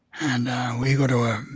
and we go to a